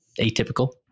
atypical